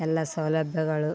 ಎಲ್ಲ ಸೌಲಭ್ಯಗಳು